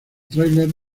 trailer